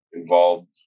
involved